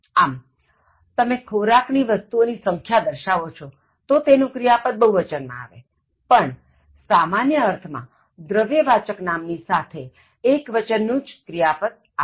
આમ હવે તમે ખોરાક ની વસ્તુઓ ની સંખ્યા દર્શાવો છો તો તેનું ક્રિયાપદ બહુવચન માં આવેપણ સામાન્ય અર્થ માં દ્રવ્યવાચક નામની સાથે એકવચન નું જ ક્રિયાપદ આવે